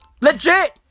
Legit